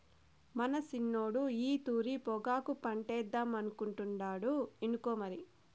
మన సిన్నోడు ఈ తూరి పొగాకు పంటేద్దామనుకుంటాండు ఇనుకో మరి